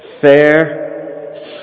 fair